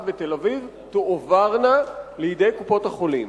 בתל-אביב תועברנה לידי קופות-החולים.